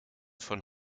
von